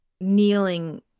kneeling